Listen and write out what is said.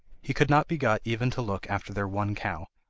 he could not be got even to look after their one cow,